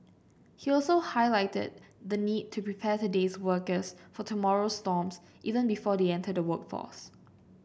he also highlighted the need to prepare today's workers for tomorrow's storms even before they enter the workforce